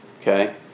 Okay